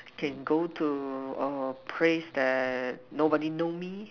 can go to a place that nobody know me